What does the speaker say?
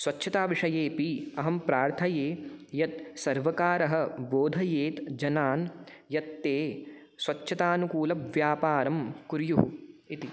स्वच्छताविषयेऽपि अहं प्रार्थये यत् सर्वकारः बोधयेत् जनान् यत् ते स्वच्छतानुकूलव्यापारं कुर्युः इति